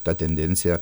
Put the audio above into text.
ta tendencija